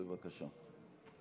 בבקשה.